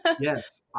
Yes